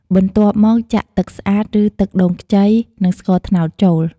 បន្ទាប់មកចាក់ ទឹកស្អាត ឬទឹកដូងខ្ចី និង ស្ករត្នោត ចូល។